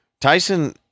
Tyson